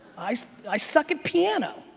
i i suck at piano.